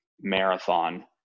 marathon